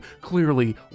clearly